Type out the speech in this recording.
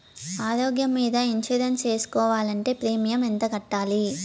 ఆరోగ్యం మీద ఇన్సూరెన్సు సేసుకోవాలంటే ప్రీమియం ఎంత కట్టాలి?